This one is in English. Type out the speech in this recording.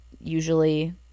usually